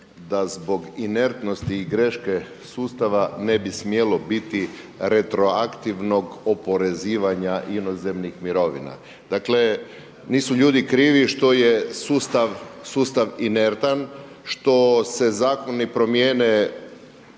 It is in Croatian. da zbog inertnosti i greške sustava ne bi smjelo biti retroaktivnog oporezivanja inozemnih mirovina. Dakle, nisu ljudi krivi što je sustav inertan, što se zakoni promijene